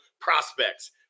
prospects